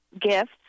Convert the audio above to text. gifts